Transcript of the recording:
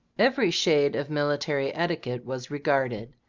every shade of military etiquette was regarded.